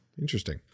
interesting